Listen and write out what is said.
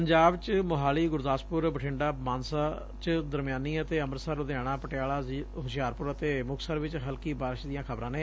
ਪੰਜਾਬ ਚ ਮੁਹਾਲੀ ਗੁਰਦਾਸਪੁਰ ਬਠੰਡਾ ਮਾਨਸਾ ਚ ਦਰਮਿਆਨੀ ਅਤੇ ਅੰਮ੍ਤਿਤਸਰ ਲੁਧਿਆਣਾ ਪਟਿਆਲਾ ਹੁਸ਼ਿਆਰਪੁਰ ਤੇ ਮੁਕਤਸਰ ਚ ਹਲਕੀ ਬਾਰਿਸ਼ ਦੀਆਂ ਖ਼ਬਰਾਂ ਨੇ